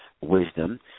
wisdom